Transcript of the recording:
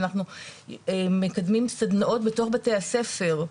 ואנחנו מקדמים סדנאות בתוך בתי הספר,